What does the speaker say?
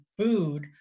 food